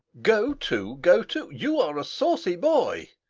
go to, go to! you are a saucy boy.